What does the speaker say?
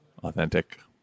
Authentic